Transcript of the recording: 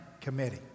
committee